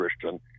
Christian